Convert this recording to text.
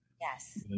Yes